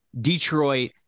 Detroit